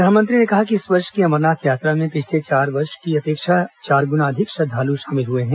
प्रधानमंत्री ने कहा कि इस वर्ष की अमरनाथ यात्रा में पिछले चार वर्षो की अपेक्षा चार गुना अधिक श्रद्वालु शामिल हुए हैं